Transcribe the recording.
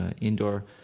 indoor